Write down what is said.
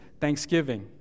thanksgiving